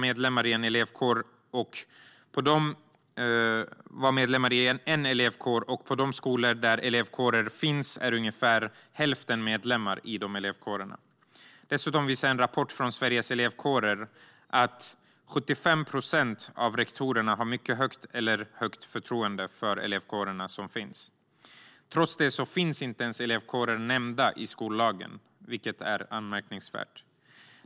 27 procent var medlemmar i en elevkår, och på de skolor där elevkårer fanns var ungefär hälften medlemmar i dem. Dessutom visar en rapport från Sveriges Elevkårer att 75 procent av rektorerna har mycket högt eller högt förtroende för de elevkårer som finns. Trots detta finns elevkårer inte ens nämnda i skollagen, vilket är anmärkningsvärt.